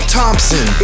Thompson